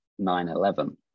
9-11